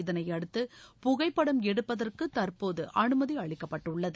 இதனையடுத்து புகைப்படம் எடுப்பதற்கு தற்போது அனுமதி அளிக்கப்பட்டுள்ளது